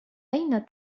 أين